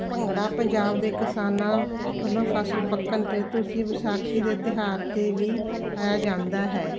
ਭੰਗੜਾ ਪੰਜਾਬ ਦੇ ਕਿਸਾਨਾਂ ਵੱਲੋਂ ਫਸਲ ਪੱਕਣ 'ਤੇ ਤੁਸੀਂ ਵਿਸਾਖੀ ਦੇ ਤਿਉਹਾਰ 'ਤੇ ਵੀ ਪਾਇਆ ਜਾਂਦਾ ਹੈ